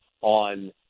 on